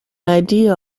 idea